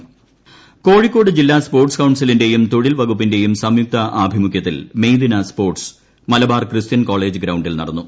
മെയ്ദിന sports Kozhikode ജില്ലാ sports കൌൺസിലിന്റേയും തൊഴിൽ വകുപ്പിന്റേയും സംയുക്താഭിമുഖ്യത്തിൽ മെയ്ദിന സ്പോർട്സ് മലബാർ ക്രിസ്തൃൻ കോളേജ് ഗ്രൌണ്ടിൽ നടന്നു